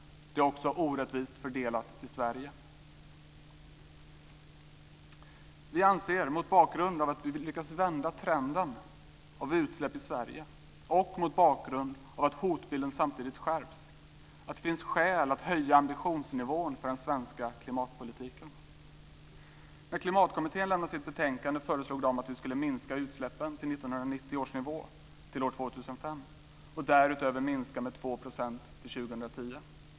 Det är också orättvist fördelat i Sverige. Vi anser, mot bakgrund av att vi lyckats vända trenden av utsläpp i Sverige och mot bakgrund av att hotbilden samtidigt skärps, att det finns skäl att höja ambitionsnivån för den svenska klimatpolitiken. När Klimatkommittén lämnade sitt betänkande föreslog den att vi skulle minska utsläppen till 1990 års nivå till år 2005 och därutöver minska med 2 % till 2010.